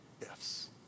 ifs